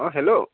অঁ হেল্ল'